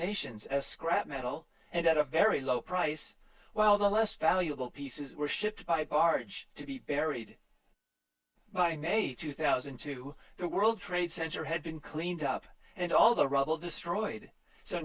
nations as scrap metal and at a very low price while the less valuable pieces were shipped by barge to be buried by nature two thousand and two the world trade center had been cleaned up and all the rubble destroyed so